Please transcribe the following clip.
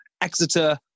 Exeter